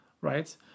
right